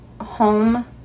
home